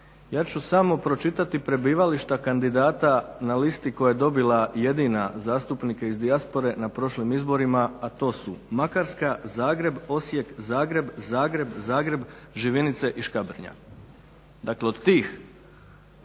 ja ću samo pročitati prebivališta kandidata na listi koje je dobila jedina zastupnike iz dijaspore na prošlim izborima a to su Makarska, Zagreb, Osijek, Zagreb, Zagreb, Živinice i Škabrnja. Dakle, od tih